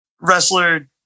wrestler